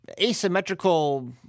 asymmetrical